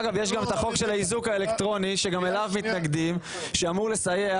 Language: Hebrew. יש גם את החוק של האיזוק האלקטרוני שגם לו מתנגדים וזה חוק שאמור לסייע.